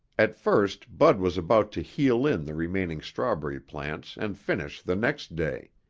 at first bud was about to heel in the remaining strawberry plants and finish the next day.